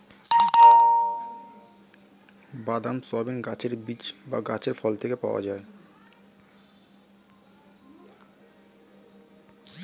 বাদাম, সয়াবিন গাছের বীজ বা গাছের ফল থেকে পাওয়া যায়